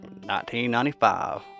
1995